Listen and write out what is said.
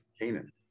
Canaan